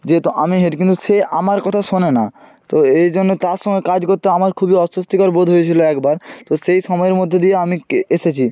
যেহেতু আমি হেড কিন্তু সে আমার কথা শোনে না তো এই জন্য তার সঙ্গে কাজ করতে আমার খুবই অস্বস্তিকর বোধ হয়েছিলো একবার তো সেই সময়ের মধ্য দিয়ে আমি কে এসেছি